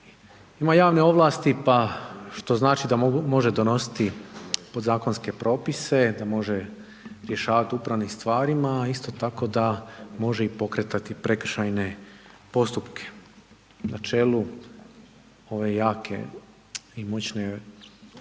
Ima javne ovlasti, pa što znači da može donositi podzakonske propise da može rješavati o upravnim stvarima, a isto tako da može pokretati prekršajne postupke. Na čelu ove jake i moćne javne